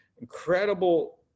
incredible